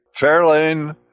Fairlane